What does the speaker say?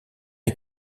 est